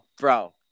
bro